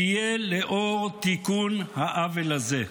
תהיה לאור תיקון העוול הזה.